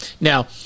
now